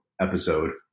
episode